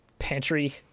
Pantry